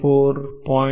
4 0